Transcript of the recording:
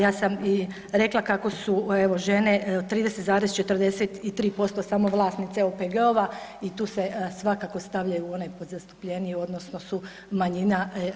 Ja sam i rekla kako su evo žene 30,43% samo vlasnice OPG-ova i tu se svakako stavljaju u onaj pod zastupljeniji odnosno su manjina.